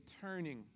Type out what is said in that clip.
turning